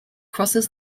crosses